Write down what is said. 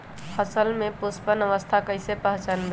फसल में पुष्पन अवस्था कईसे पहचान बई?